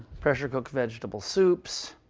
pressure cooked vegetable soups.